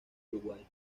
uruguay